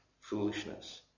foolishness